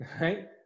right